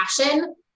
passion